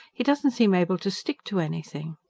he doesn't seem able to stick to anything.